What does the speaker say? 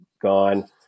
gone